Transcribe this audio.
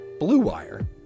BLUEWIRE